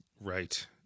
Right